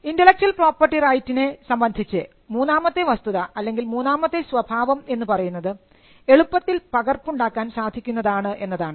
intellectual property റൈറ്റിനെ സംബന്ധിച്ച് മൂന്നാമത്തെ വസ്തുത അല്ലെങ്കിൽ മൂന്നാമത്തെ സ്വഭാവം എന്നുപറയുന്നത് എളുപ്പത്തിൽ പകർപ്പ് ഉണ്ടാക്കാൻ സാധിക്കുന്നതാണ് എന്നതാണ്